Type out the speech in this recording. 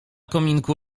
kominku